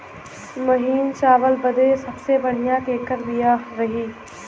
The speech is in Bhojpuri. महीन चावल बदे सबसे बढ़िया केकर बिया रही?